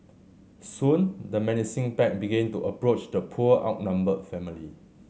soon the menacing pack began to approach the poor outnumbered family